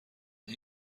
این